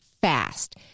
fast